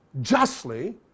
justly